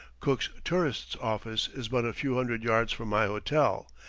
cook's tourists' office is but a few hundred yards from my hotel.